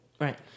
Right